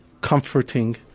comforting